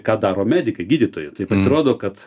ką daro medikai gydytojai tai pasirodo kad